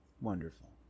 wonderful